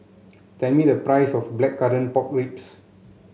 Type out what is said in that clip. tell me the price of Blackcurrant Pork Ribs